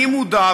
אני מודע,